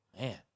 Man